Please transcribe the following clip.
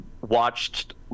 watched